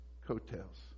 coattails